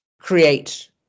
create